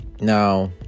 now